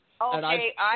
Okay